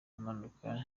amanuka